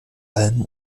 allem